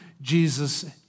Jesus